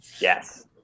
Yes